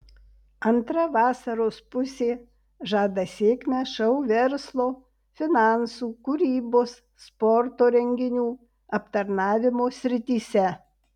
antra vasaros pusė žada sėkmę šou verslo finansų kūrybos sporto renginių aptarnavimo srityse